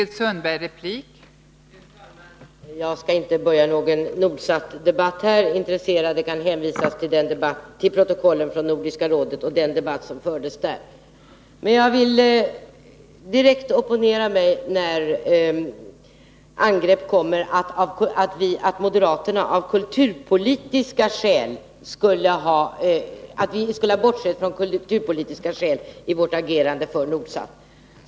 Fru talman! Jag skall inte börja någon Nordsatdebatt. Intresserade hänvisas till protokollet från Nordiska rådet och den debatt som fördes där. Jag vill emellertid direkt opponera mig mot påståendet om att vi moderater skulle ha bortsett från kulturpolitiska skäl i vårt agerande för Nordsat.